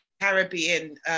Caribbean